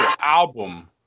album